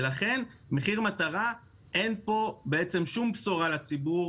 לכן, במחיר מטרה אין שום בשורה לציבור.